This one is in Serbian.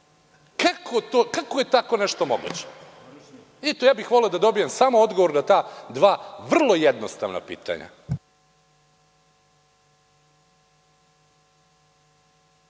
Kako je tako nešto moguće? Ja bih voleo da dobijem samo odgovor na ta dva vrlo jednostavna pitanja?